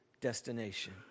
destination